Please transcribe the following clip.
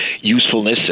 usefulness